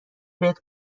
بهت